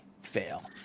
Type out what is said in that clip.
fail